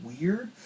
weird